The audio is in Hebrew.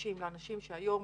חדשים לאנשים שהיום